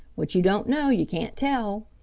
what you don't know, you can't tell.